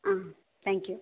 ah thank you